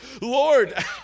Lord